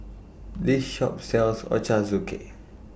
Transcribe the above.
This Shop sells Ochazuke